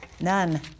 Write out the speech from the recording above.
None